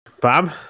Bob